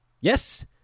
Yes